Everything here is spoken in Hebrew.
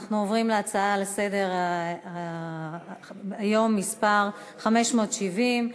אנחנו עוברים להצעה לסדר-היום מס' 570,